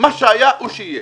מה שהיה הוא שיהיה.